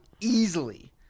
easily